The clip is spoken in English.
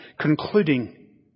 concluding